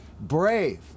brave